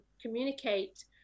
communicate